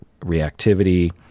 reactivity